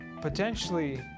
potentially